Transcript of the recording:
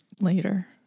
later